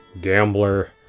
gambler